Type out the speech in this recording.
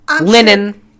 Linen